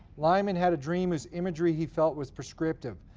lyman had a dream whose imagery he felt was prescriptive.